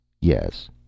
Yes